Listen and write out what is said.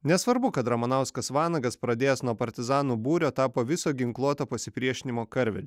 nesvarbu kad ramanauskas vanagas pradėjęs nuo partizanų būrio tapo viso ginkluoto pasipriešinimo karvedžiu